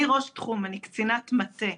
אני ראש תחום, אני קצינת מטה.